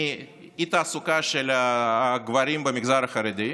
מאי-תעסוקה של הגברים במגזר החרדי,